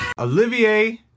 Olivier